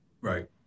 right